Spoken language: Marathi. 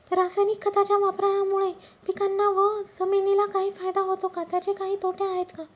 रासायनिक खताच्या वापरामुळे पिकांना व जमिनीला काही फायदा होतो का? त्याचे काही तोटे आहेत का?